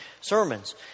sermons